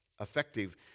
effective